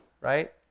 right